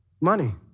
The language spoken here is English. Money